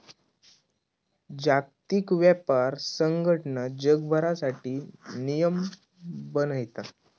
जागतिक व्यापार संघटना जगभरासाठी नियम बनयता